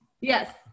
Yes